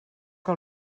que